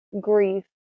grief